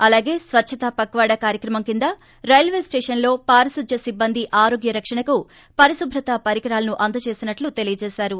అలాగే స్వఛ్చత పక్వాడ కార్యక్రమం కింద రైల్వేస్టేషన్ లో పారిశుద్య సిబ్బంది ఆరోగ్య రక్షణకు పరిశుభ్రత పరికరాలను అందజేసినట్లు తెలియజేశారు